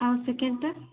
ଆଉ ସେକେଣ୍ଡଟା